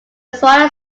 swallow